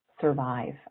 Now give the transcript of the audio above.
survive